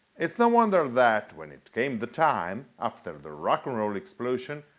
it's no wonder that, when it came the time, after the rock'n'roll explosion,